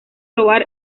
robar